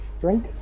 drink